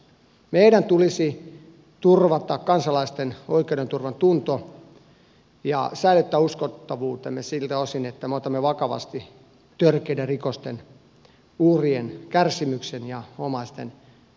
meidän tulisi turvata kansalaisten oikeudenturvan tunto ja säilyttää uskottavuutemme siltä osin että me otamme vakavasti törkeiden rikosten uhrien kärsimyksen ja omaisten tuskan